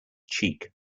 cheek